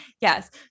Yes